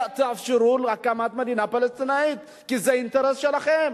תאפשרו הקמת מדינה פלסטינית, כי זה אינטרס שלכם.